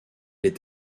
est